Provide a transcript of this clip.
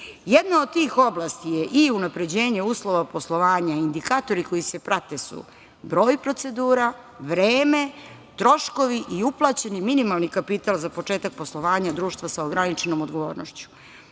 od tih oblasti je i unapređenje uslova poslovanja. Indikatori koji se prate su broj procedura, vreme, troškovi i uplaćeni minimalni kapital za početak poslovanja društva sa ograničenom odgovornošću.